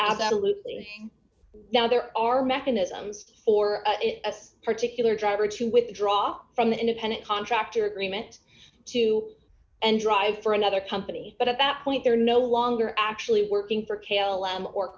absolutely now there are mechanisms for it as a particular driver to withdraw from the independent contractor agreement too and drive for another company but at that point they're no longer actually working for